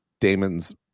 Damon's